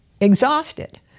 exhausted